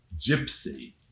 gypsy